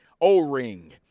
O-ring